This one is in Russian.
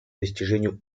достижению